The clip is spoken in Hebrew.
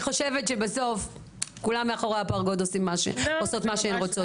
אני חושבת שבסוף כולן מאחורי הפרגוד עושות מה שהן רוצות,